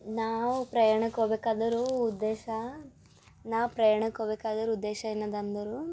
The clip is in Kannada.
ನಾವು ಪ್ರಯಾಣಕ್ಕೆ ಹೋಬೇಕಾದರೆ ಉದ್ದೇಶ ನಾ ಪ್ರಯಾಣಕ್ಕೆ ಹೋಬೇಕಾಗಿರೋ ಉದ್ದೇಶ ಏನದೆ ಅಂದರೆ